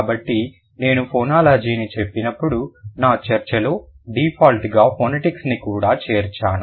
కాబట్టి నేను ఫొనాలజీని చెప్పినప్పుడు నా చర్చలో డిఫాల్ట్ గా ఫొనెటిక్స్ని కూడా చేర్చాను